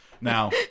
Now